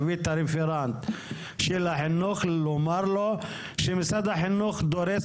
להביא את הרפרנט של החינוך ולומר לו שמשרד החינוך דורס